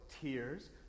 tears